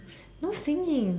no singing